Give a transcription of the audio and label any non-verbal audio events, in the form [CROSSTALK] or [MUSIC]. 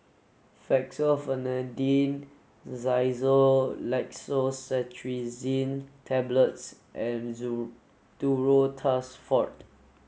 Fexofenadine Xyzal Levocetirizine Tablets and [UNINTELLIGIBLE] Duro Tuss Forte